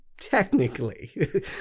technically